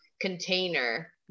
container